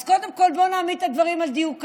אז קודם כול בואו נעמיד את הדברים על דיוקם.